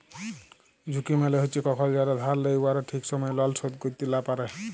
ঝুঁকি মালে হছে কখল যারা ধার লেই উয়ারা ঠিক সময়ে লল শোধ ক্যইরতে লা পারে